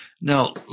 Now